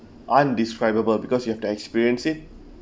undescribable because you have to experience it